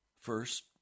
First